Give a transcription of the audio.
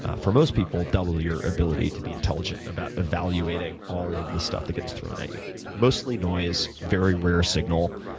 for most people, double your ability to be intelligent about evaluating all of the stuff that gets thrown at you. it's mostly noise, very rare signal,